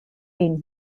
been